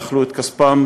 ואכלו את כספן